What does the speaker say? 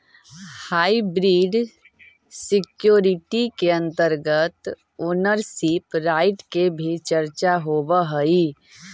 hybrid security के अंतर्गत ownership right के भी चर्चा होवऽ हइ